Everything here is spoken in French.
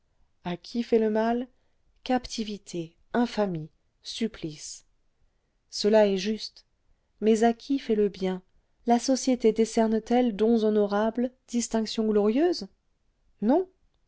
à qui fait le mal captivité infamie supplice cela est juste mais à qui fait le bien la société décerne t elle dons honorables distinctions glorieuses non